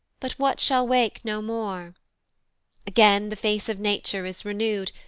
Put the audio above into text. but what shall wake no more again the face of nature is renew'd,